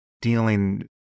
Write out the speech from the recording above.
dealing